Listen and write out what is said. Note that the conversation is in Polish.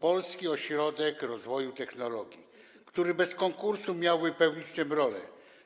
Polski Ośrodek Rozwoju Technologii, który bez konkursu miałby pełnić tę funkcję.